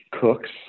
cooks